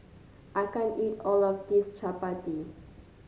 I can't eat all of this Chapati